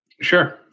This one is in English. Sure